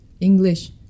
English